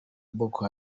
boko